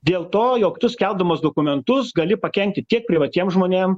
dėl to jog tu skelbdamas dokumentus gali pakenkti tiek privatiem žmonėm